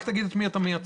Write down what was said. רק תגיד את מי אתה מייצג.